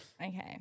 Okay